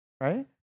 Right